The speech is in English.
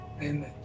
Amen